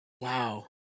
wow